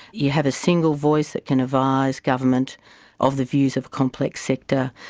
you have a single voice that can advise government of the views of a complex sector,